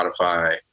Spotify